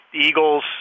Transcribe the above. Eagles